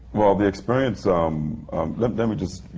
well, the experience um let me just